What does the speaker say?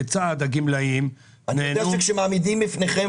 כיצד הגמלאים נהנו --- אני יודע שכשמעמידים בפניכם